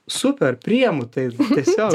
super priėmu tai tiesiog